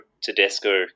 Tedesco